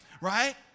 right